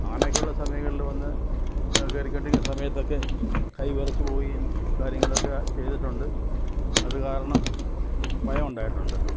അങ്ങനെയൊക്കെയുള്ള സമയങ്ങളില് വന്ന് കയറിക്കൊണ്ടിരിക്കുന്ന സമയത്തൊക്കെ കൈ വിറച്ചു പോവുകയും കാര്യങ്ങളൊക്കെ ചെയ്തിട്ടുണ്ട് അത് കാരണം ഭയമുണ്ടായിട്ടുണ്ട്